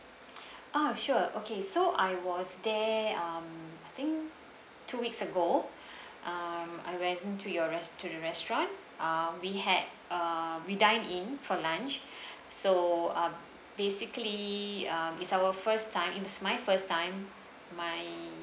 ah sure okay so I was there um I think two weeks ago um I present to your rest to your restaurant uh we had uh we dine in for lunch so uh basically um it's our first time it's my first time my